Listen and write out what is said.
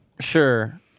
Sure